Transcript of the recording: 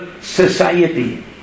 society